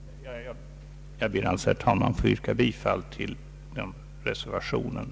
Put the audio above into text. Jag ber alltså, herr talman, att få yrka bifall till reservation 1.